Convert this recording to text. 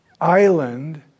island